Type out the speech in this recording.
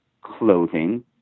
clothing